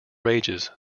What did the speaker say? rages